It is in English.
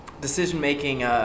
decision-making